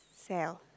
sell